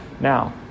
Now